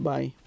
Bye